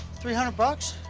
three hundred bucks